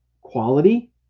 quality